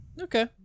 Okay